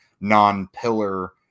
non-pillar